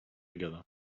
together